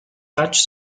touch